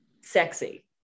sexy